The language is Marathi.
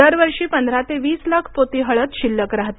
दरवर्षी पंधरा ते वीस लाख पोती हळद शिल्लक राहते